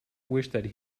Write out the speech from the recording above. wished